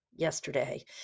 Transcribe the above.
Yesterday